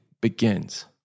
begins